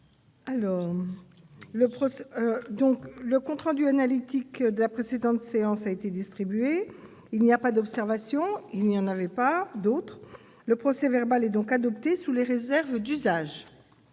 Le compte rendu analytique de la précédente séance a été distribué. Il n'y a pas d'observation ?... Le procès-verbal est adopté sous les réserves d'usage.